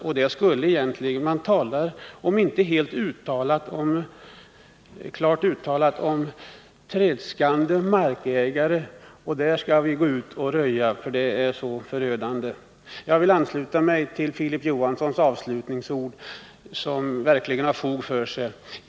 Man menar tydligen, fast det inte uttalas öppet, att man skall röja på ”tredskande” ägares marker. Jag ansluter mig till Filip Johanssons avslutningsord, som verkligen har fog för sig.